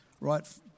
right